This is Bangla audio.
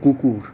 কুকুর